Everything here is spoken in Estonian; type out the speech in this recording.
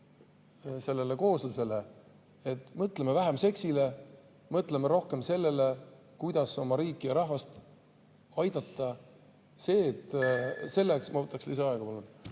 sellele kooslusele, et mõtleme vähem seksile, mõtleme rohkem sellele, kuidas oma riiki ja rahvast aidata. Selleks, et … Ma võtaks lisaaega,